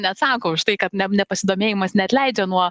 neatsako už tai kad ne nepasidomėjimas neatleidžia nuo